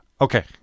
Okay